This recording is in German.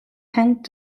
hängt